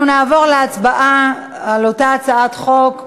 27 בעד, אין מתנגדים.